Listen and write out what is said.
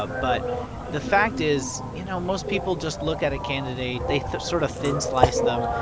ah but the fact is, you know, most people just look at a candidate. they sort of thin slice them.